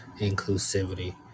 inclusivity